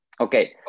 Okay